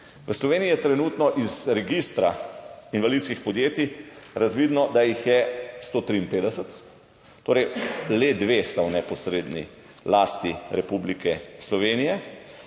V Sloveniji je trenutno iz Registra invalidskih podjetij razvidno, da jih je 153, le dve sta v neposredni lasti Republike Slovenije.